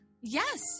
Yes